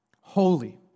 Holy